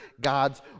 God's